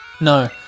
No